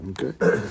Okay